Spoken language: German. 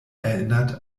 erinnert